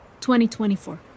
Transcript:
2024